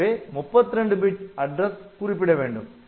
எனவே 32 bit address குறிப்பிட வேண்டும்